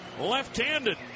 left-handed